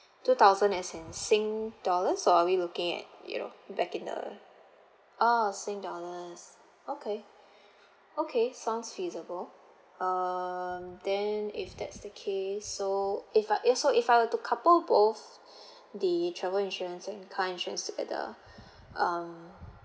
two thousand as in singapore dollars or are we looking at you know back in the ah singapore dollars okay okay sounds feasible um then if that's the case so if I so if I were to couple both the travel insurance and car insurance together um